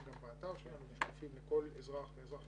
גם באתר שלנו והם שקופים לכל אזרח ואזרח,